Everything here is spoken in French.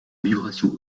vibration